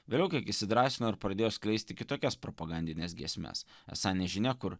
vėliau kiek įsidrąsino ir pradėjo skleisti kitokias propagandines giesmes esą nežinia kur